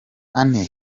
ane